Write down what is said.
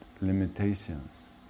limitations